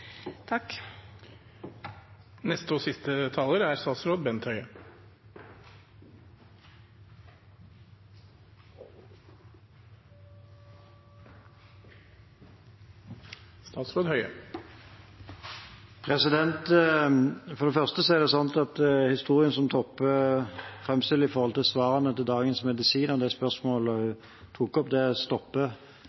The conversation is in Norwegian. For det første er det sånn at historien som Toppe framstiller når det gjelder svarene fra Dagens Medisin om det spørsmålet hun